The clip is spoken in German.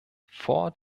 vor